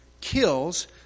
kills